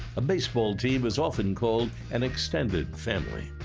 a baseball team is often called an extended family.